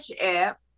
app